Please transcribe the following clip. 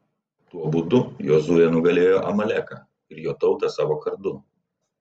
tuo būdu jozuė nugalėjo amaleką ir jo tautą savo kardu